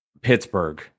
Pittsburgh